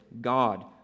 God